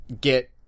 get